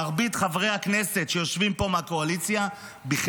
מרבית חברי הכנסת מהקואליציה שיושבים פה